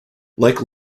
like